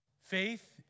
Faith